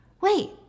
Wait